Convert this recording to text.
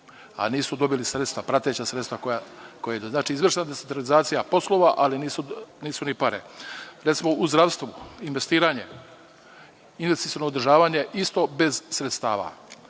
a nisu dobili sredstva, prateća sredstva. Znači, izvršna je decentralizacija poslova, ali nisu ni pare. Recimo, u zdravstvu investiranje, investiciono održavanje, isto bez sredstava.